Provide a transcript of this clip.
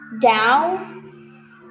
down